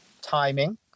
timing